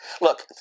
Look